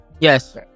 Yes